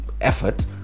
effort